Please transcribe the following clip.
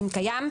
אם קיים.